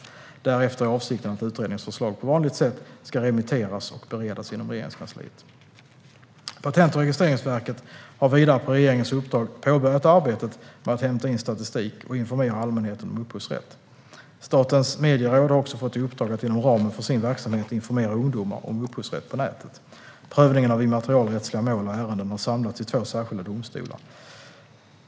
Därefter är avsikten att utredningens förslag på vanligt sätt ska remitteras och beredas inom Regeringskansliet. Patent och registreringsverket har vidare på regeringens uppdrag påbörjat arbetet med att hämta in statistik och informera allmänheten om upphovsrätt. Statens medieråd har också fått i uppdrag att inom ramen för sin verksamhet informera ungdomar om upphovsrätt på nätet. Prövningen av immaterialrättsliga mål och ärenden har samlats i två särskilda domstolar.